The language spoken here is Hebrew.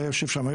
היה יושב שם,